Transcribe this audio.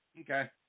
Okay